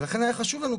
ולכן היה חשוב לנו,